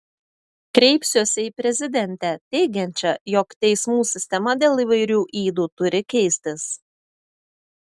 kreipsiuosi į prezidentę teigiančią jog teismų sistema dėl įvairių ydų turi keistis